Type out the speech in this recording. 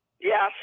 yes